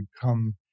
come